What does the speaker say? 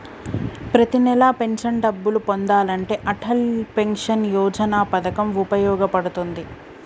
ప్రతి నెలా పెన్షన్ డబ్బులు పొందాలంటే అటల్ పెన్షన్ యోజన పథకం వుపయోగ పడుతుంది